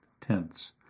tense